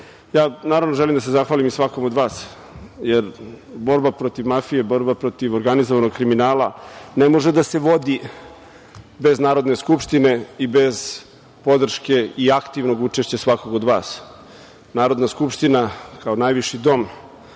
Ja naravno želim da se zahvalim i svakome od vas, jer borba protiv mafije, borba protiv organizovanog kriminala ne može da se vodi bez Narodne skupštine i bez podrške i aktivnog učešća svakog od vas. Narodna skupština kao najviši dom,